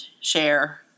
share